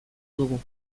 dugu